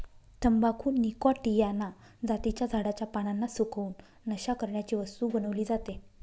तंबाखू निकॉटीयाना जातीच्या झाडाच्या पानांना सुकवून, नशा करण्याची वस्तू बनवली जाते